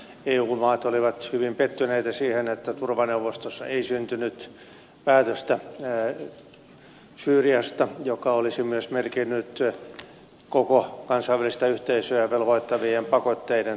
eu maat olivat hyvin pettyneitä siihen että turvaneuvostossa ei syntynyt päätöstä syyriasta joka olisi myös merkinnyt koko kansainvälistä yhteisöä velvoittavien pakotteiden toimeenpanoa